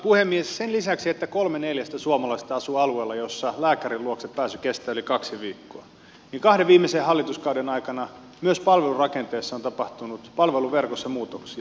sen lisäksi että kolme neljästä suomalaisesta asuu alueella jossa lääkärin luokse pääsy kestää yli kaksi viikkoa kahden viimeisen hallituskauden aikana myös palveluverkossa on tapahtunut muutoksia